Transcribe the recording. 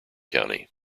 county